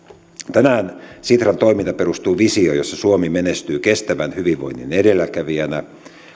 tänään sitran toiminta perustuu visioon jossa suomi menestyy kestävän hyvinvoinnin edelläkävijänä